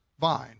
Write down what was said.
vine